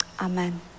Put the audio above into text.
Amen